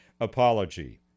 apology